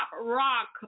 rock